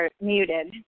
muted